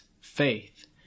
faith